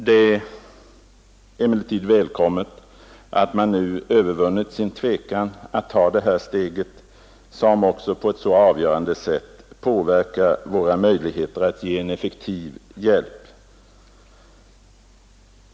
Det är emellertid välkommet att regeringen nu övervunnit sin tvekan att ta det här steget, som säkert på ett mycket avgörande sätt påverkar våra möjligheter att ge en effektiv hjälp.